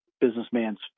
businessman's